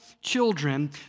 children